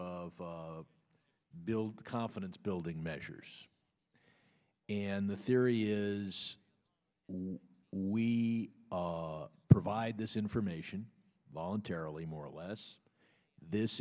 of build confidence building measures and the theory is what we provide this information voluntarily more or less this